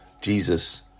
Jesus